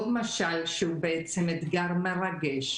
עוד משל שהוא אתגר מרגש